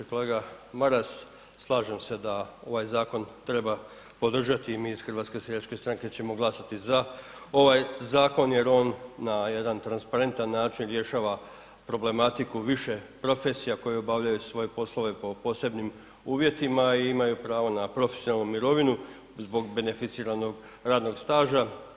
Kolega Maras, slažem se da ovaj zakon treba podržati i mi iz HSS-a ćemo glasati za ovaj zakon jer on na jedan transparentan način rješava problematiku više profesija koje obavljaju svoje poslove po posebnim uvjetima i imaju pravo na profesionalnu mirovinu zbog beneficiranog radnog staža.